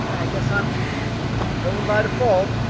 guess i'm going by default.